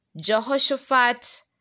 Jehoshaphat